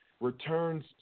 returns